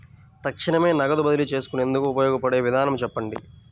తక్షణమే నగదు బదిలీ చేసుకునేందుకు ఉపయోగపడే విధానము చెప్పండి?